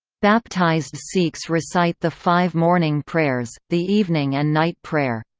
baptized sikhs recite the five morning prayers, the evening and night prayer.